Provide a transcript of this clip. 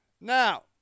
Now